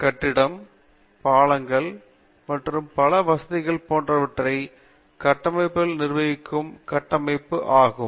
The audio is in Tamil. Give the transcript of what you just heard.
கட்டிடம் பாலங்கள் மற்றும் பல வசதிகள் போன்ற கட்டமைப்புகளை நிர்வகிக்கும் கட்டமைப்பு பொறியியல் ஆகும்